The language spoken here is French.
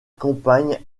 compagne